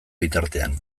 bitartean